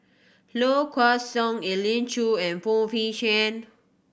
Low Kway Song Elim Chew and Phoon Yew Tien